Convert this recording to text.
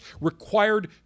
required